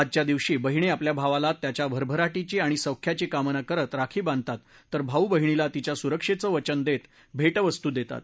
आजच्या दिवशी बहीणी आपल्या भावाला त्याच्या भरभराटीची आणि सौख्याची कामना करत राखी बांधतात तर भाऊ बहिणीला तीच्या सुरक्षेचं वचन देत भेटवस्तू देतात